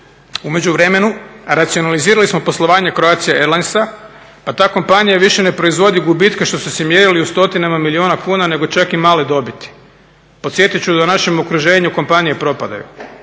U međuvremenu racionalizirali smo poslovanje Croatia Airlinesa pa ta kompanija više ne proizvodi gubitke što su se mjerili u stotinama milijuna kuna nego čak i male dobiti. Podsjetit ću da u našem okruženju kompanije propadaju,